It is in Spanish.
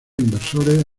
inversores